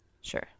sure